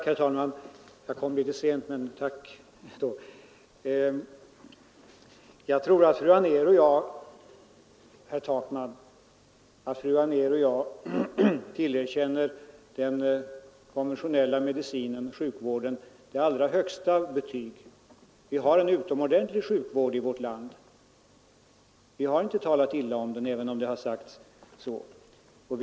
Herr talman! Jag tror att fru Anér och jag, herr Takman, tillerkänner den konventionella medicinen och sjukvården det allra högsta betyg. Vi har en utomordentlig sjukvård i vårt land. Vi har inte talat illa om den, även om herr Takman har sagt så.